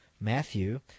matthew